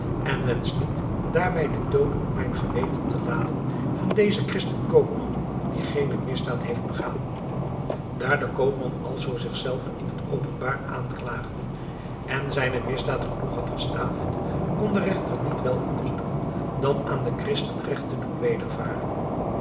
en wensch niet daarbij den dood op mijn geweten te laden van dezen christen koopman die geene misdaad heeft begaan daar de koopman alzoo zich zelven in het openbaar aanklaagde en zijne misdaad genoeg had gestaafd kon de regter niet wel anders doen dan aan den christen regt te doen wedervaren